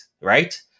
right